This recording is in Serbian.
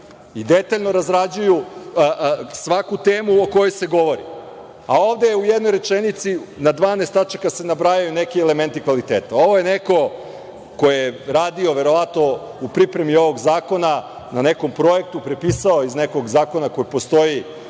i detaljno razrađuju svaku temu o kojoj se govori. A ovde je u jednoj rečenici na 12 tačaka se nabrajaju neki elementi kvaliteta. Ovo je neko ko je radio verovatno u pripremi ovog zakona na nekom projektu, prepisao iz nekog zakona koji postoji